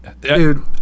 dude